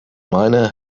miner